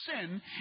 sin